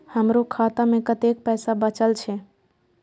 हमरो खाता में कतेक पैसा बचल छे?